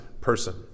person